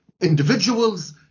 individuals